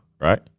right